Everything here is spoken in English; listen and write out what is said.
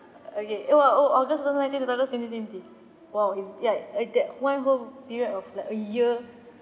okay eh oh oh august two thousand nineteen two thousand twenty twenty !wow! it's ya eh that one whole period of like a year